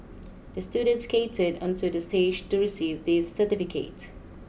the student skated onto the stage to receive this certificate